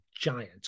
giant